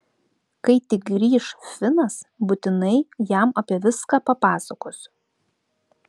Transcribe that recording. kai tik grįš finas būtinai jam apie viską papasakos